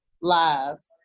lives